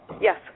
Yes